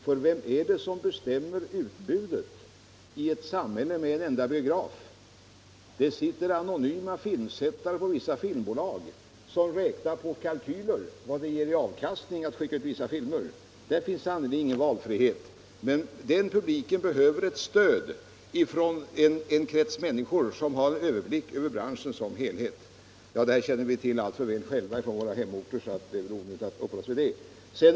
Ty vem är det som bestämmer utbudet i ett samhälle med en enda biograf? På filmbolagen finns anonyma filmsättare som gör kalkyler över vilken avkastning olika filmer som man skickar ut kommer att ge. Där finns det sannerligen ingen valfrihet. Filmpubliken behöver stöd från en krets människor som har överblick över filmutbudet i dess helhet. Detta problem känner vi själva alltför väl till från våra hemorter, och jag behöver därför inte ytterligare uppehålla mig vid det.